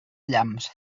llamps